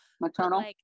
maternal